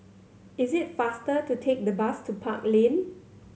it is faster to take the bus to Park Lane